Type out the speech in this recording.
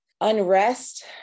unrest